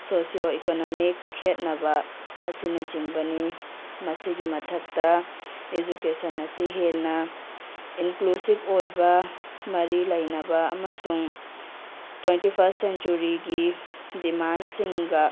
socio economic ꯈꯦꯠꯅꯕ ꯑꯁꯤꯅꯆꯤꯡꯕꯅꯤ ꯃꯁꯤꯒꯤ ꯃꯊꯛꯇ ꯏꯖꯨꯀꯦꯁꯟ ꯑꯁꯤ ꯍꯦꯟꯅ ꯏꯟꯀ꯭ꯂꯨꯁꯤꯞ ꯑꯣꯏꯕ ꯃꯔꯤ ꯂꯩꯅꯕ ꯑꯃꯁꯨꯡ ꯇ꯭ꯋꯦꯟꯇꯤ ꯐꯥꯔꯁ ꯁꯦꯟꯆꯨꯔꯤꯒꯤ ꯗꯤꯃꯥꯟꯁꯤꯡꯒ